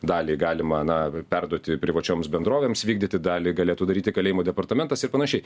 dalį galima na perduoti privačioms bendrovėms vykdyti dalį galėtų daryti kalėjimų departamentas ir panašiai